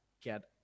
get